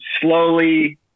slowly